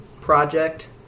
project